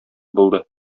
булды